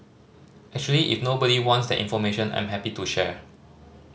actually if nobody wants that information I'm happy to share